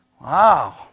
Wow